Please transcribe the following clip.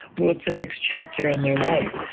what's the next chapter in their life?